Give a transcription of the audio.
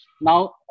Now